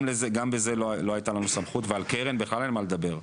גם בזה לא הייתה לנו סמכות ועל קרן בכלל אין מה לדבר.